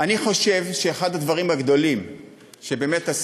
אני חושב שאחד הדברים הגדולים שעשינו,